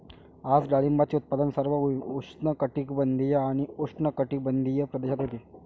आज डाळिंबाचे उत्पादन सर्व उष्णकटिबंधीय आणि उपउष्णकटिबंधीय प्रदेशात होते